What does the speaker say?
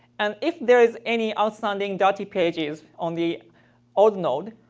and if there is any outstanding data pages on the old node,